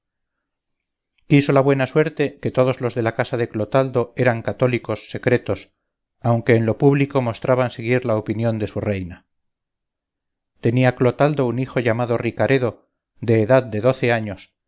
quiso la buena suerte que todos los de la casa de clotaldo eran cathólicos secretos aunque en lo público mostraban seguir la opinión de su reina tenía clotaldo un hijo llamado ricaredo de edad de doce años